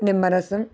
నిమ్మరసం